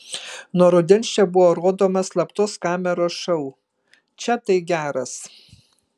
nuo rudens čia buvo rodomas slaptos kameros šou čia tai geras